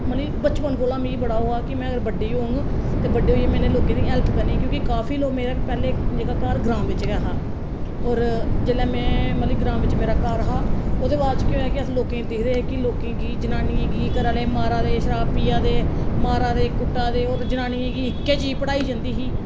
मतलब कि बचपन कोला मिगी बड़ा ओह् हा कि में बड्डी होङ ते बड्डे होइयै में इ'नें लोकें दी बड़ी हेल्प करनी क्योंकि काफी लोक पैह्लें जेह्ड़ा मेरा घर ग्रांऽ बिच्च गै हा होर जेल्लै में मतलब मेरा ग्रांऽ बिच्च मेरा घर हा ओह्दे बाद च केह् होएआ कि अस लोकें दे बच्चें गी दिखदे हे कि लोकें गी जनानियें गी घरा आह्ले मारा दे शराब पिया दे मारा दे कुट्टा दे होर जनानियें गी इक्कै चीज़ पढ़ाई जंदी ही